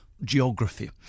geography